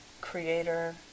Creator